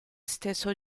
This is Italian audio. stesso